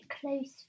close